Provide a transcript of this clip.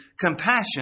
compassion